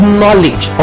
knowledge